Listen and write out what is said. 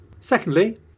Secondly